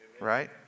right